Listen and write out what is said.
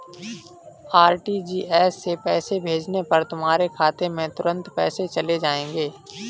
RTGS से पैसे भेजने पर तुम्हारे खाते में तुरंत पैसे चले जाएंगे